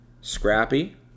scrappy